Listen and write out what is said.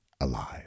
alive